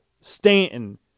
Stanton